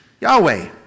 Yahweh